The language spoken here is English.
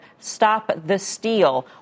StopTheSteal